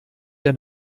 der